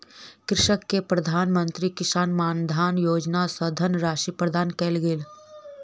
कृषक के प्रधान मंत्री किसान मानधन योजना सॅ धनराशि प्रदान कयल गेल